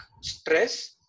stress